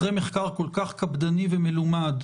אחרי מחקר כל כך קפדני ומלומד,